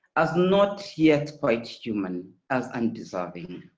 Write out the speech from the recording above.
as not yet quite human as undeserving.